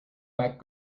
back